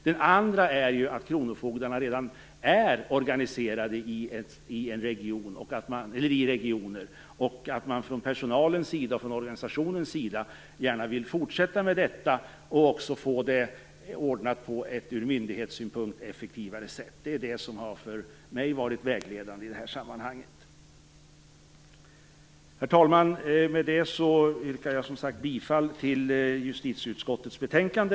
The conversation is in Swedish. Den andra är det faktum att kronofogdarna redan är organiserade i regioner och att man från personalens och organisationens sida gärna vill fortsätta med det och också få det ordnat på ett ur myndighetssynpunkt effektivare sätt. Detta har varit vägledande för mig i det här sammanhanget. Med detta yrkar jag bifall till hemställan justitieutskottets betänkande.